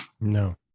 no